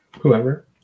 Whoever